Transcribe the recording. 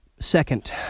Second